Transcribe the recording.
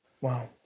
Wow